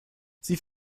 sie